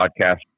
podcast